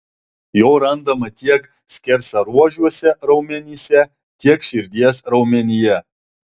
jo randama tiek skersaruožiuose raumenyse tiek širdies raumenyje